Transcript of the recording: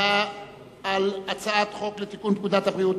הצבעה על הצעת חוק לתיקון פקודת בריאות